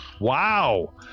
Wow